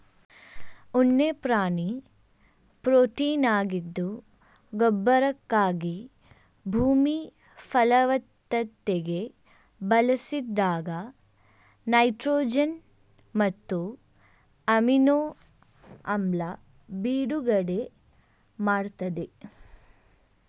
ಉಣ್ಣೆ ಪ್ರಾಣಿ ಪ್ರೊಟೀನಾಗಿದ್ದು ಗೊಬ್ಬರಕ್ಕಾಗಿ ಭೂಮಿ ಫಲವತ್ತತೆಗೆ ಬಳಸಿದಾಗ ನೈಟ್ರೊಜನ್ ಮತ್ತು ಅಮಿನೊ ಆಮ್ಲ ಬಿಡುಗಡೆ ಮಾಡ್ತದೆ